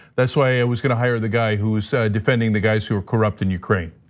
that's why i was gonna hire the guy who's defending the guys who were corrupting ukraine.